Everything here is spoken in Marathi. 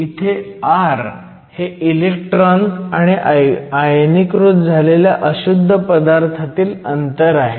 इथे r हे इलेक्ट्रॉन आणि आयनीकृत झालेल्या अशुद्ध पदार्थातील अंतर आहे